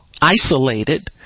isolated